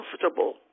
comfortable